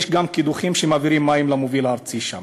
יש גם קידוחים שמעבירים מים למוביל הארצי שם.